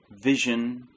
vision